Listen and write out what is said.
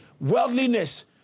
Worldliness